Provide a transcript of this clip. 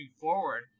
forward